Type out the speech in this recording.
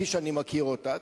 כפי שאני מכיר אותה,